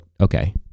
Okay